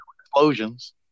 explosions